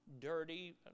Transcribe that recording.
dirty